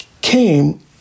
came